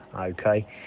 okay